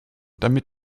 damit